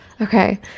Okay